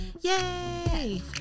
Yay